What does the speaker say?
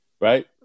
right